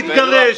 להתגרש.